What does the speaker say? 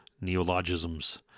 Neologism's